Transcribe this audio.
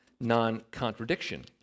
non-contradiction